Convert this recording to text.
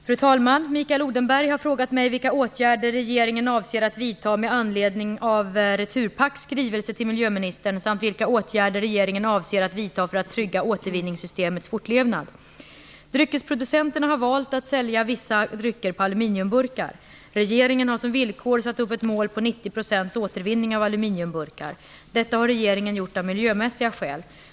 Fru talman! Mikael Odenberg har frågat mig vilka åtgärder regeringen avser att vidta med anledning av Dryckesproducenterna har valt att sälja vissa drycker på aluminiumburkar. Regeringen har som villkor satt upp ett mål på 90 % återvinning av aluminiumburkar. Detta har regeringen gjort av miljömässiga skäl.